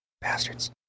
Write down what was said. Bastards